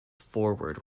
forward